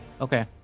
Okay